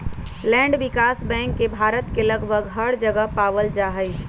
land विकास bank के भारत के लगभग हर जगह पावल जा हई